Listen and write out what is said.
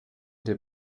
der